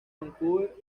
vancouver